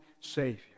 Savior